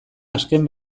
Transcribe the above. azken